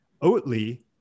Oatly